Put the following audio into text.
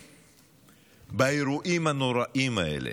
באירועים הנוראיים האלה